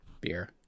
beer